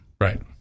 Right